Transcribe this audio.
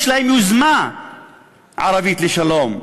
יש להם יוזמה ערבית לשלום,